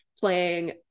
playing